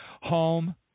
home